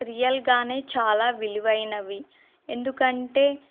రియల్గా చాలా విలువైనవి ఎందుకంటే